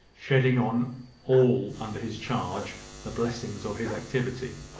shedding on all under his charge the blessings of his activity,